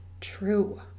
true